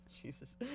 Jesus